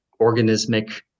organismic